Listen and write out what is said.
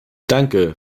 danke